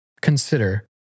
consider